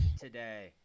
today